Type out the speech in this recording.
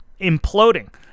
imploding